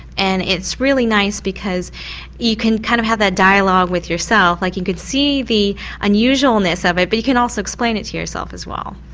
and it's really nice because you can kind of have that dialogue with yourself, like you can see the unusualness of it but you can also explain it to yourself as well.